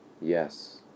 Yes